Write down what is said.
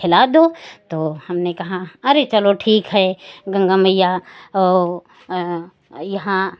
खेला दो तो हमने कहा अरे चलो ठीक है गंगा मईया और यहाँ